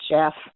Jeff